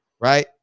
right